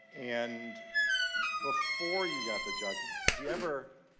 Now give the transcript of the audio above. and before you got the job, did you ever,